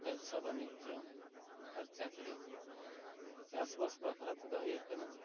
ᱵᱮᱵᱥᱟ ᱵᱟᱹᱱᱤᱡᱽᱡᱚ ᱟᱨ ᱪᱟᱹᱠᱨᱤ ᱪᱟᱥ ᱵᱟᱥ ᱵᱟᱠᱷᱨᱟ ᱛᱮᱫᱚ ᱦᱩᱭᱩᱜ ᱠᱟᱱᱟ